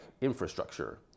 infrastructure